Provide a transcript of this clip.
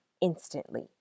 instantly